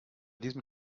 diesem